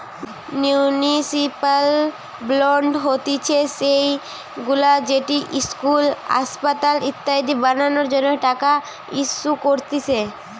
municipal bond হতিছে সেইগুলা যেটি ইস্কুল, আসপাতাল ইত্যাদি বানানোর জন্য টাকা ইস্যু করতিছে